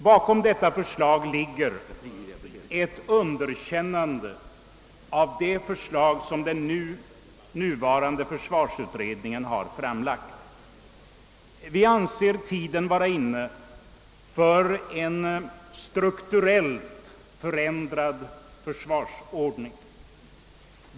Bakom detta förslag ligger ett underkännande av det förslag som den nuvarande försvarsutredningen har framlagt. Vi anser tiden vara inne för en strukturellt förändrad försvarsordning.